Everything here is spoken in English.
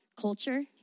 culture